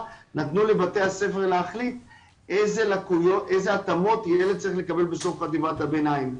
נתנו לבתי הספר להחליט איזה התאמות ילד צריך לקבל בסוף חטיבת הבינים.